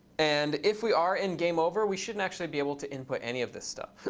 and if we are in game over, we shouldn't actually be able to input any of this stuff.